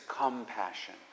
compassion